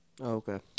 Okay